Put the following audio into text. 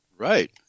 Right